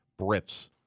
Brits